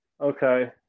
Okay